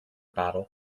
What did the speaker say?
bottle